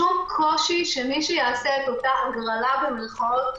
שום קושי שמי שיעשה את אותה "הגרלה", במירכאות,